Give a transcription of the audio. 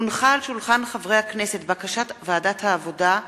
הונחה על שולחן הכנסת הצעת ועדת העבודה,